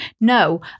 no